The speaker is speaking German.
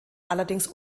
allerdings